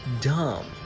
dumb